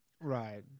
Right